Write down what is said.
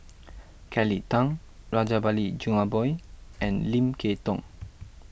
Kelly Tang Rajabali Jumabhoy and Lim Kay Tong